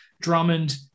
Drummond